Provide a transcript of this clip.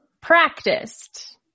practiced